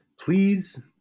please